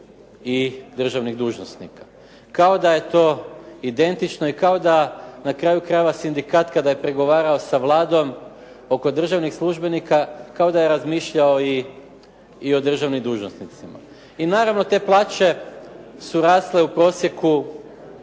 i državnih dužnosnika kao da je to identično i kao da na kraju krajeva sindikat kada je pregovarao sa Vladom oko državnih službenika kao da je razmišljao i o državnim dužnosnicima. I naravno, te plaće su rasle u prosjeku